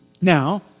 Now